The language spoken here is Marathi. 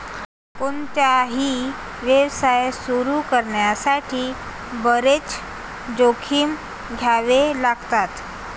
कोणताही व्यवसाय सुरू करण्यासाठी बरेच जोखीम घ्यावे लागतात